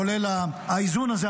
כולל האיזון הזה,